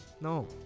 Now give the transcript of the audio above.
No